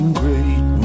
great